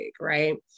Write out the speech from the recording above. right